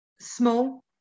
small